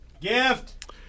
Gift